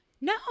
No